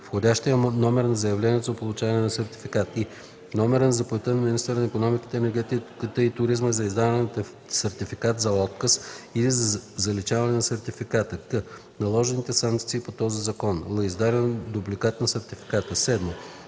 входящия номер на заявлението за получаване на сертификат; и) номера на заповедта на министъра на икономиката, енергетиката и туризма за издаване на сертификат, за отказ или за заличаване на сертификата; к) наложените санкции по този закон; л) издаден дубликат на сертификата; 7.